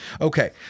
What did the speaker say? Okay